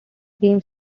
games